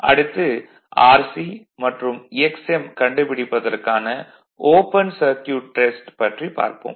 அடுத்து Rc மற்றும் Xm கண்டுபிடிப்பதற்கான ஓபன் சர்க்யூட் டெஸ்ட் பற்றி பார்ப்போம்